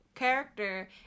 character